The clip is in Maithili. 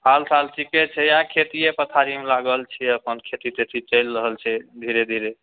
हाल चाल ठीके छै इएह खेतिए पथारीमे लागल छी अपन खेती तेती चलि रहल छै धीरे धीरे